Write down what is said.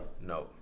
No